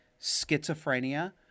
schizophrenia